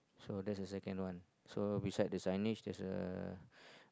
so that is second one so beside the sign there is a